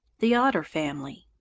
the otter family